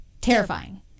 Terrifying